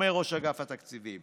אומר ראש אגף התקציבים.